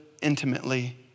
intimately